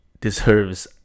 deserves